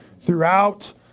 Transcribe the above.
throughout